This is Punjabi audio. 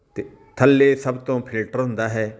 ਅਤੇ ਥੱਲੇ ਸਭ ਤੋਂ ਫਿਲਟਰ ਹੁੰਦਾ ਹੈ